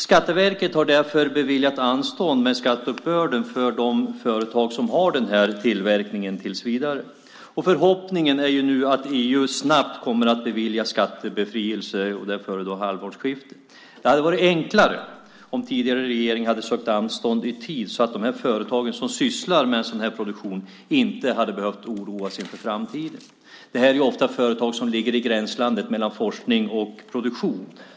Skatteverket har därför beviljat anstånd med skatteuppbörden för de företag som har den här tillverkningen tills vidare, och förhoppningen är nu att EU snabbt kommer att bevilja skattebefrielse före halvårsskiftet. Det hade varit enklare om den tidigare regeringen hade sökt anstånd i tid, så att de företag som sysslar med sådan här produktion inte hade behövt oroa sig för framtiden. Det här är ju ofta företag som ligger i gränslandet mellan forskning och produktion.